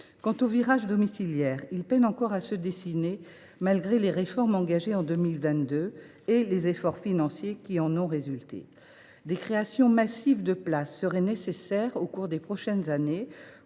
Quant au virage domiciliaire, il peine encore à se dessiner malgré les réformes engagées en 2022 et les efforts financiers qui en ont résulté. Des créations massives de places en Ssiad seraient nécessaires au cours des prochaines années